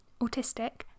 autistic